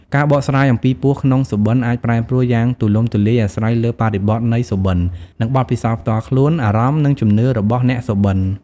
ការបកស្រាយអំពីពស់ក្នុងសុបិនអាច ប្រែប្រួលយ៉ាងទូលំទូលាយអាស្រ័យលើបរិបទនៃសុបិន និងបទពិសោធន៍ផ្ទាល់ខ្លួន អារម្មណ៍ និងជំនឿរបស់អ្នកសុបិន។